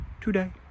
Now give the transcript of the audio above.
today